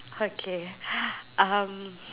okay um